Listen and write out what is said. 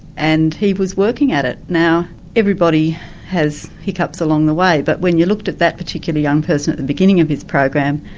and he was working at it. now everybody has hiccups along the way, but when you looked at that particular young person at the beginning of his program,